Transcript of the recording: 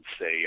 say